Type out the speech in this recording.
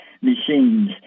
machines